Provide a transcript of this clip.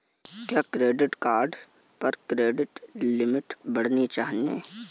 क्या credit card पर credit limit बढ़ानी चाहिए?